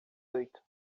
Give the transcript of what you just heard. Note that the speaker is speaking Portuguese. oito